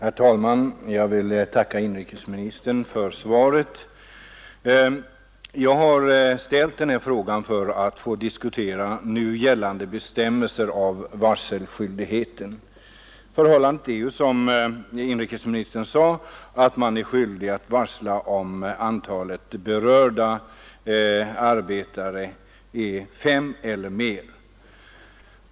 Herr talman! Jag vill tacka inrikesministern för svaret. Jag har ställt denna fråga för att få diskutera nu gällande bestämmelser rörande varselskyldigheten. Förhållandet är ju, som inrikesministern sade, att man är skyldig att varsla om antalet berörda arbetare är fem eller fler.